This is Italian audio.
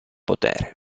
potere